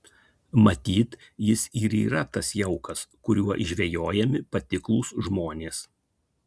matyt jis ir yra tas jaukas kuriuo žvejojami patiklūs žmonės